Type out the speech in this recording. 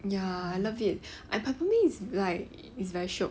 ya I love it I peppermint is like is very shiok